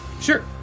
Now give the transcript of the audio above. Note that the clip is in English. Sure